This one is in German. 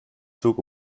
zug